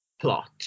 plot